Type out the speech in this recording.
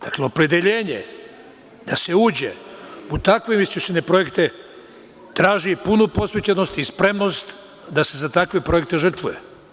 Dakle, opredeljenje da se uđe u takve investicione projekte traži punu posvećenost, spremnost da se za takve projekte žrtvuje.